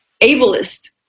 ableist